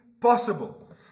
possible